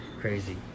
Crazy